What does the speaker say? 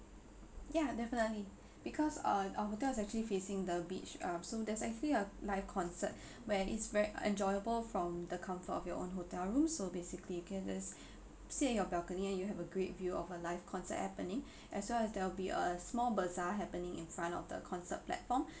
ya definitely because uh our hotel is actually facing the beach uh so there's actually a live a concert where it's very uh enjoyable from the comfort of your own hotel room so basically you can just sit at your balcony and you have a great view of a live concert happening as well as they'll be a small bazaar happening in front of the concert platform